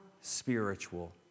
spiritual